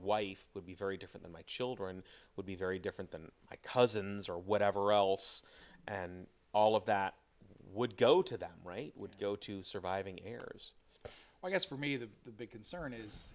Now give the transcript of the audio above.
wife would be very different than my children would be very different than my cousins or whatever else and all of that would go to that right would go to surviving heirs but i guess for me the big concern is